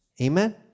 Amen